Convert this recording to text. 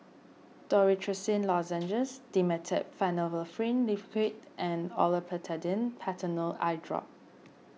Dorithricin Lozenges Dimetapp Phenylephrine Liquid and Olopatadine Patanol Eyedrop